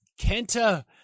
Kenta